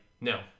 no